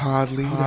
Hardly